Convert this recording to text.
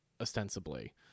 ostensibly